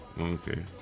okay